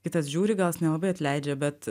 kitas žiūri gal jis nelabai atleidžia bet